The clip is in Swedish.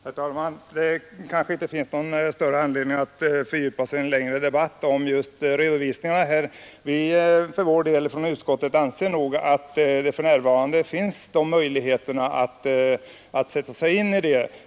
Herr talman! Det kanske inte finns någon större anledning att ta upp en längre debatt om just redovisningarna. Inom utskottet anser vi nog att utskotten för närvarande har möjligheter att sätta sig in i ärendena.